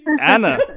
Anna